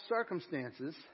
circumstances